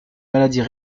maladies